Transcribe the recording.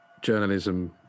journalism